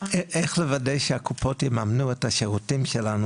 איך לוודא שהקופות יממנו את השירותים שלנו,